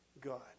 God